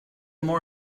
more